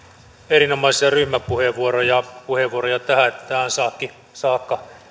erinomaisia ryhmäpuheenvuoroja ja puheenvuoroja tähän saakka